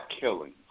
killing